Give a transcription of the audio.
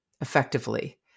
effectively